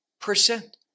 percent